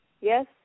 yes